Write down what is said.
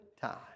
time